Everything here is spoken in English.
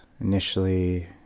initially